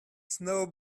snow